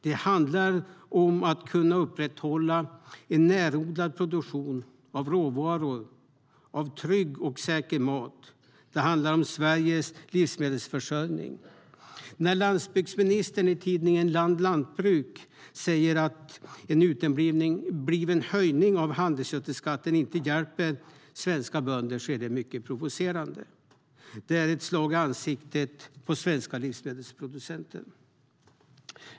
Det handlar om att kunna upprätthålla en närodlad produktion av råvaror, av trygg och säker mat. Det handla rom Sveriges livsmedelsförsörjning. När landsbygdsministern i tidningen Land Lantbruk säger att en utebliven höjning av handelsgödselskatten inte hjälper svenska bönder är det mycket provocerande. Det är ett slag i ansiktet på svenska livsmedelsproducenter.